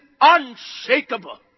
unshakable